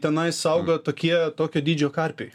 tenais auga tokie tokio dydžio karpiai